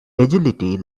agility